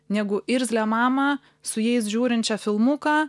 negu irzlią mamą su jais žiūrinčią filmuką